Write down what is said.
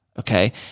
Okay